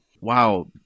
Wow